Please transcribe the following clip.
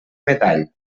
metall